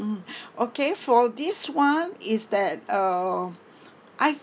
mm okay for this [one] is that uh I